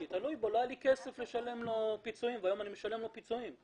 לא היה לי כסף לשלם לו פיצויים והיום אני משלם לו פיצויים.